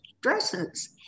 dresses